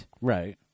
Right